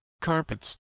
carpets